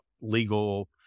legal